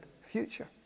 future